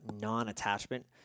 non-attachment